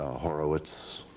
ah horowitz